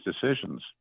decisions